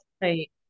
right